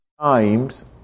times